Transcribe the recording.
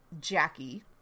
Jackie